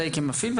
ודאי כמפעיל.